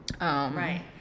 right